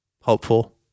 hopeful